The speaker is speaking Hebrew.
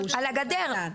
הגדר.